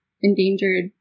endangered